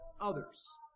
others